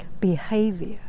behavior